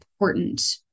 important